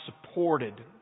supported